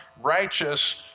righteous